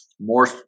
more